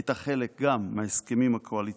היא גם הייתה חלק מההסכמים הקואליציוניים.